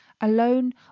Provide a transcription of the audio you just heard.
alone